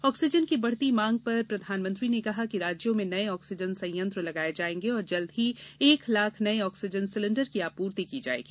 oxygen की बढती मांग पर प्रधानमंत्री ने कहा कि राज्यों में नए ऑक्सीजन संयंत्र लगाए जाएंगे और जल्द ही एक लाख नए ऑक्सीजन सिलेंडर की आपूर्ति की जाएगी